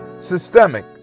systemic